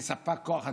כוח אדם?